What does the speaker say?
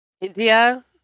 India